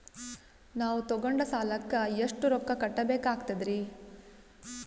ನಾವು ತೊಗೊಂಡ ಸಾಲಕ್ಕ ಎಷ್ಟು ರೊಕ್ಕ ಕಟ್ಟಬೇಕಾಗ್ತದ್ರೀ?